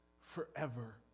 forever